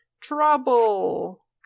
Trouble